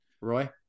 Roy